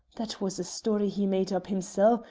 that was a story he made up himsel',